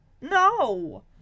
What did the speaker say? No